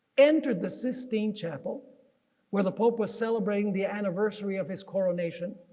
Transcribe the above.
entered the sistine chapel where the pope was celebrating the anniversary of his coronation,